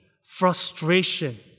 frustration